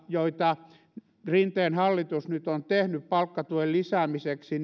joita rinteen hallitus nyt on tehnyt palkkatuen lisäämiseksi